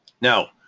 now